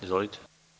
Izvolite.